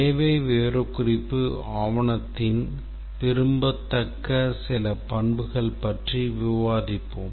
தேவை விவரக்குறிப்பு ஆவணத்தின் விரும்பத்தக்க சில பண்புகள் பற்றி விவாதிப்போம்